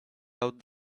out